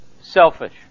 selfish